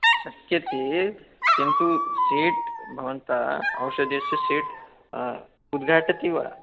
शक्यते किन्तु सेट् भवन्तः औषधस्य सेट् उद्घाटितवान् वा